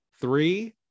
three